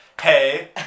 Hey